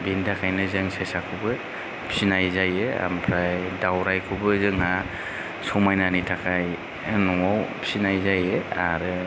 बिनि थाखायनो जों सेसाखौबो फिनाय जायो आमफ्राय दाउरायखौबो जोंहा समायनानि थाखाय न'आव फिनाय जायो आरो